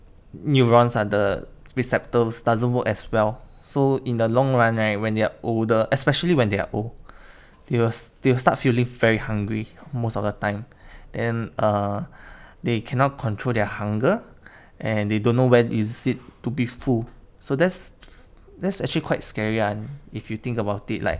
neutrons ah the receptors doesn't work as well so in the long run right when they're older especially when they are old they will they will start feeling very hungry most of the time and uh they cannot control their hunger and they don't know when is it to be full so that's that's actually quite scary ah if you think about it like